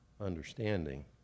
understanding